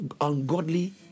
ungodly